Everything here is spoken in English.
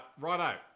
Righto